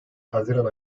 haziran